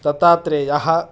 दत्तात्रेयः